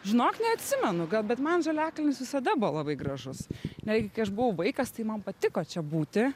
žinok neatsimenu gal bet man žaliakalnis visada buvo labai gražus netgi kai aš buvau vaikas tai man patiko čia būti